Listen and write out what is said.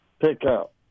pickup